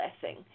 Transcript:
blessing